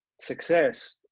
success